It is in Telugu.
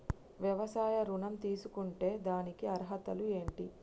వ్యవసాయ ఋణం తీసుకుంటే దానికి అర్హతలు ఏంటి?